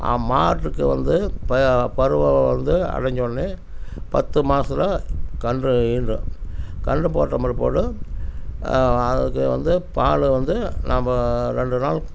மாட்டுக்கு வந்து பருவம் வந்து அடைஞ்ச உடனே பத்து மாசத்தில் கன்று ஈன்றும் கன்று போட்ட முற்போடு அதுக்கு வந்து பால் வந்து நம்ம ரெண்டு நாள்